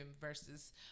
versus